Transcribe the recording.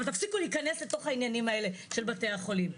אבל תפסיקו להיכנס לתוך העניינים האלה של בתי החולים.